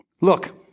Look